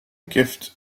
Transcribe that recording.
gift